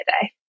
today